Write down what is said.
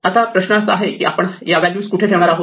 आता प्रश्न असा आहे की आपण या व्हॅल्यूज कुठे ठेवणार आहोत